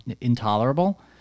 Intolerable